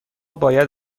باید